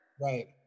Right